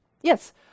yes